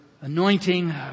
anointing